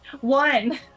One